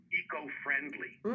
eco-friendly